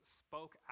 spoke